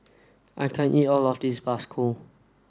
I can't eat all of this Bakso